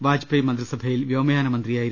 വാജ്പേയ് മന്ത്രിസഭയിൽ വ്യോമയാന മന്ത്രിയായിരുന്നു